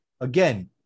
Again